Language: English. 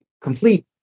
complete